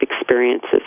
experiences